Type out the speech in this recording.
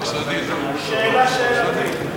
שאלה שאלתית.